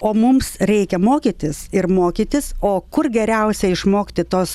o mums reikia mokytis ir mokytis o kur geriausia išmokti tos